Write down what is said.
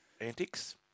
Antics